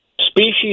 species